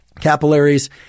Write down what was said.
capillaries